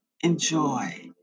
enjoy